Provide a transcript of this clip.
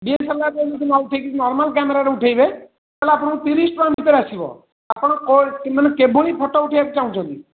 ଡ଼ିଏସ୍ଏଲଆର୍ରେ ଯଦି ନ ଉଠେଇ ନର୍ମାଲ୍ କ୍ୟାମେରାରେ ଉଠେଇବେ ତାହେଲେ ଆପଣଙ୍କୁ ତିରିଶ୍ ଟଙ୍କା ଭିତରେ ଆସିବ ଆପଣ କ ମାନେ କେଉଁଭଳି ଫଟୋ ଉଠେଇବାକୁ ଚାହୁଁଛନ୍ତି